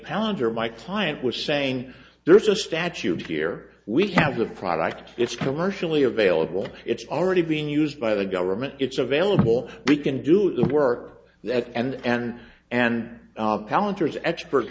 palaver my client was saying there's a statute here we have the product it's commercially available it's already been used by the government it's available we can do the work that and and calendars experts